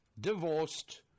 divorced